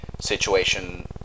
situation